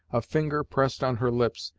a finger pressed on her lips,